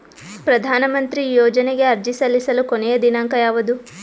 ಪ್ರಧಾನ ಮಂತ್ರಿ ಯೋಜನೆಗೆ ಅರ್ಜಿ ಸಲ್ಲಿಸಲು ಕೊನೆಯ ದಿನಾಂಕ ಯಾವದು?